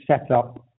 setup